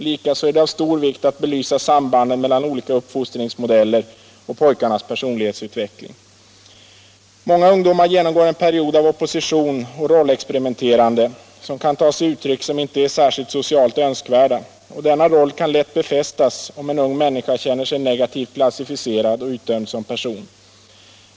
Likaså är det av stor vikt att belysa sambanden mellan olika uppfostringsmodeller och pojkarnas personlighetsutveckling. Många ungdomar genomgår en period av opposition och rollexperimenterande, som kan ta sig uttryck som inte är särskilt socialt önskvärda, och denna roll kan lätt befästas, om en ung människa känner sig negativt klassificerad och utdömd som person.